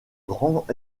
grand